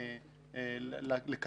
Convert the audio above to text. אני חושב שיש דיונים הרבה יותר משמעותיים